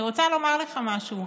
אני רוצה לומר לך משהו: